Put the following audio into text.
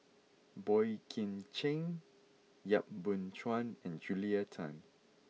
Boey Kim Cheng Yap Boon Chuan and Julia Tan